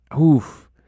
oof